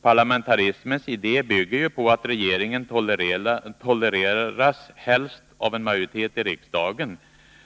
Parlamentarismens idé bygger ju på att regeringen tolereras helst av en majoritet i riksdagen.